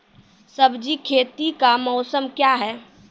सब्जी खेती का मौसम क्या हैं?